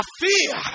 fear